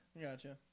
Gotcha